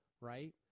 right